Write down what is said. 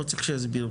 לא צריך שיסבירו.